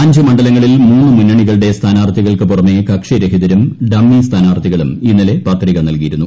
അഞ്ച് മണ്ഡലങ്ങളിൽ മൂന്ന് മുന്നണികളുടെ സ്ഥാനാർത്ഥികൾക്ക് പുറമെ കക്ഷി രഹിതരും ഡമ്മി സ്ഥാനാർത്ഥികളും ഇന്നലെ പത്രിക നല്കിയിരുന്നു